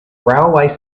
railway